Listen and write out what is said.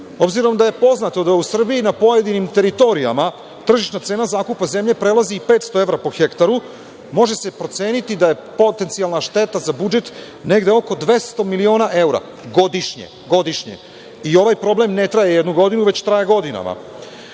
Obzirom da je poznato da u Srbiji na pojedinim teritorijama tržišna cena zakupa zemlje prelazi i 500 evra po hektaru, može se proceniti da je potencijalna šteta za budžet negde oko 200 miliona evra godišnje i ovaj problem ne traje jednu godinu, već traje godinama. Vlada